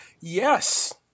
Yes